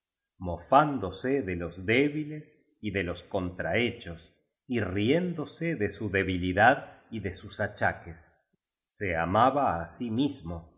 mofándose de los débiles y de los contrahechos y riéndose de su debilidad y de sus achaques se amaba á sí mismo